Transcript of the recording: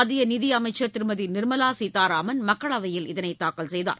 மத்திய நிதியமைச்சர் திருமதி நிர்மலா சீதாராமன் மக்களவையில் இதனை தாக்கல் செய்தார்